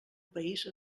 país